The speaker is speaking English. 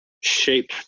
shape